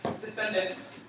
descendants